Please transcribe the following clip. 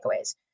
takeaways